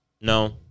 no